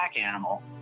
animal